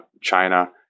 China